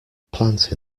plant